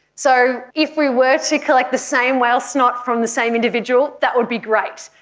so if we were to collect the same whale snot from the same individual, that would be great,